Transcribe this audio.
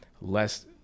less